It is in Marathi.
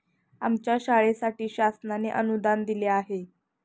आमच्या शाळेसाठी शासनाने अनुदान दिले आहे